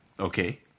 Okay